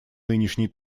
нынешней